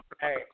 hey